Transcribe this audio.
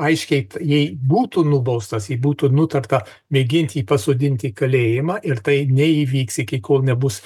aiškiai jei būtų nubaustas jei būtų nutarta mėgint jį pasodinti į kalėjimą ir tai neįvyks iki kol nebus